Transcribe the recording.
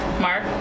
Mark